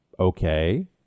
Okay